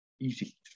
Easy